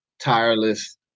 tireless